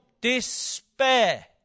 despair